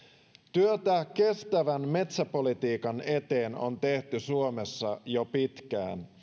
työtä kestävän metsäpolitiikan eteen on tehty suomessa jo pitkään